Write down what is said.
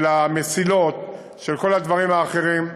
של המסילות, של כל הדברים האחרים,